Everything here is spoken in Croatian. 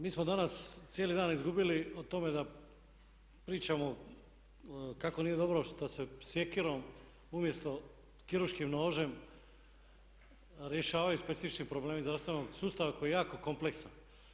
Mi smo danas cijeli dan izgubili o tome da pričamo kako nije dobro što se sjekirom umjesto kirurškim nožem rješavaju specifični problemi zdravstvenog sustava koji je jako kompleksan.